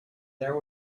there